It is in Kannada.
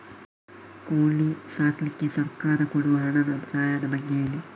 ಕೋಳಿ ಸಾಕ್ಲಿಕ್ಕೆ ಸರ್ಕಾರ ಕೊಡುವ ಹಣದ ಸಹಾಯದ ಬಗ್ಗೆ ಹೇಳಿ